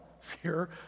fear